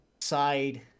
side